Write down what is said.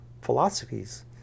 philosophies